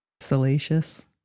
salacious